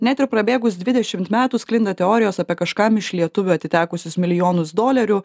net ir prabėgus dvidešimt metų sklinda teorijos apie kažkam iš lietuvių atitekusius milijonus dolerių